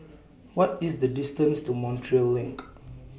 What IS The distance to Montreal LINK